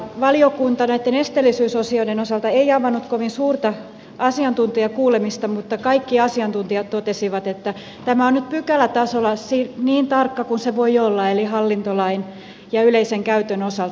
valiokunta näiden esteellisyysasioiden osalta ei avannut kovin suurta asiantuntijakuulemista mutta kaikki asiantuntijat totesivat että tämä on nyt pykälätasolla niin tarkka kuin se voi olla eli hallintolain ja yleisen käytön osalta